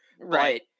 Right